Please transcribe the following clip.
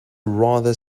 rather